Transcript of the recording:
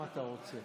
רוצה?